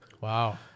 Wow